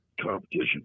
competition